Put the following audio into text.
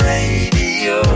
Radio